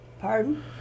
Pardon